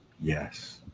Yes